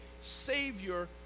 savior